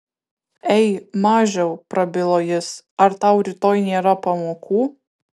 ei mažiau prabilo jis ar tau rytoj nėra pamokų